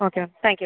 okay ma'am thank you